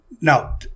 Now